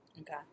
okay